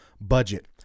budget